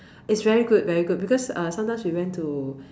it's very good very good because uh sometimes we went to